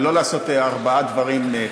ולא לעשות ארבעה דברים,